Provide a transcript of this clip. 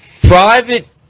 private